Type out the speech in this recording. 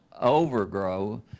overgrow